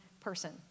person